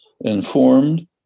informed